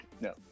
No